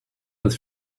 with